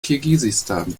kirgisistan